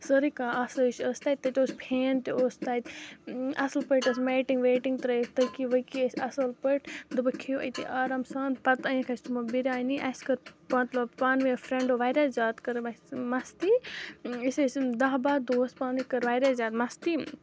سٲرٕے کانٛہہ آسٲیِش ٲسۍ تَتہِ تَتہِ اوس پھین تہِ اوس تَتہِ اَصٕل پٲٹھۍ ٲس میٹِنٛگ ویٹِنٛگ ترٲیِتھ تٔکی ؤکی ٲسۍ اَصٕل پٲٹھۍ دوٚپُکھ کھیٚیِو أتی آرام سان پَتہٕ أنِکھ اَسہِ تِمو بِریانی اَسہِ کٔر مطلب پانہٕ ؤنۍ فرٛٮ۪نٛڈو واریاہ زیادٕ کٔرٕم اَسہِ مستی أسۍ ٲسۍ دَہ بَہہ دوس پانہٕ ؤنۍ کٔر واریاہ زیادٕ مستی